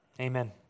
Amen